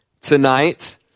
tonight